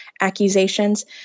accusations